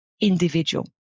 individual